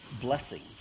blessing